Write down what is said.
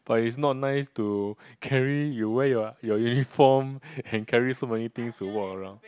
but it's not nice to carry you wear your your uniform and carry so many things to walk around